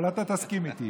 אבל אתה תסכים איתי.